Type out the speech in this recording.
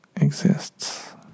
exists